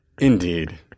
Indeed